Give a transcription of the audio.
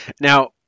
Now